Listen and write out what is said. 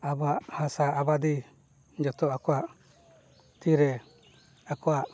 ᱟᱵᱚᱣᱟᱜ ᱦᱟᱥᱟ ᱟᱵᱟᱫᱤ ᱡᱚᱛᱚ ᱟᱠᱚᱣᱟᱜ ᱛᱤᱨᱮ ᱟᱠᱚᱣᱟᱜ